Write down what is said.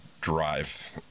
drive